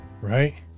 Right